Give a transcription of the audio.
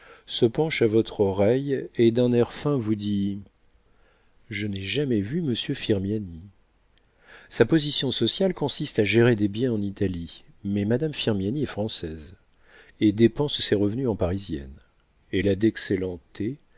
se penche à votre oreille et d'un air fin vous dit je n'ai jamais vu monsieur firmiani sa position sociale consiste à gérer des biens en italie mais madame firmiani est française et dépense ses revenus en parisienne elle a d'excellent